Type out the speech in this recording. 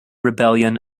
rebellion